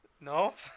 Nope